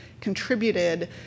contributed